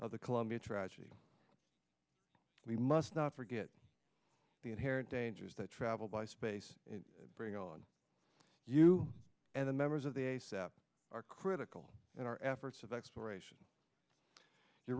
of the columbia tragedy we must not forget the inherent dangers that travel by space and bring on you and the members of the s f are critical in our efforts of exploration you